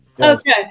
Okay